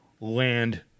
land